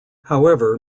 however